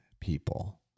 people